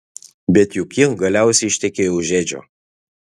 bet juk ji galiausiai ištekėjo už edžio